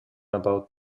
about